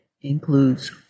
includes